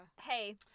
Hey